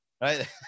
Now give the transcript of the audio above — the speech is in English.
right